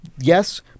Yes